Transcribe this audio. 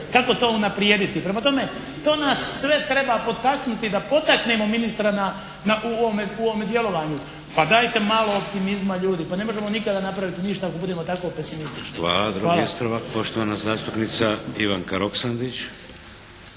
kako to unaprijediti. Prema tome to nas sve treba potaknuti da potaknemo ministra na, u ovome djelovanju. Pa dajte malo optimizma ljudi! Pa ne možemo nikada napraviti ništa ako budemo tako pesimistični. … /Upadica: Hvala./ … Hvala.